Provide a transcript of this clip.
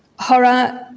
horror,